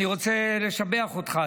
אני רוצה לשבח אותך.